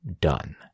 done